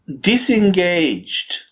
disengaged